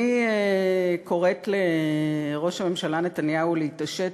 אני קוראת לראש הממשלה נתניהו להתעשת,